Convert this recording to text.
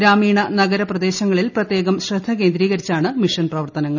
ഗ്രാമീണ നഗര പ്രദേശങ്ങളിൽ പ്രത്യേകം ശ്രദ്ധ കേന്ദ്രീകരിച്ചാണ് മിഷൻ പ്രവർത്തനങ്ങൾ